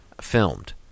filmed